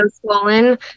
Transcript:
swollen